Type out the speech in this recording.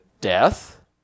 Death